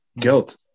guilt